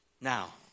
Now